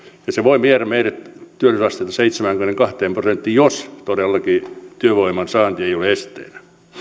ja se voi viedä meidän työllisyysastetta seitsemäänkymmeneenkahteen prosenttiin jos todellakin työvoiman saanti ei ole esteenä